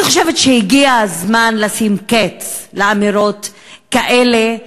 אני חושבת שהגיע הזמן לשים קץ לאמירות כאלה,